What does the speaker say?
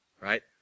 Right